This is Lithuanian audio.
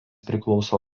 priklauso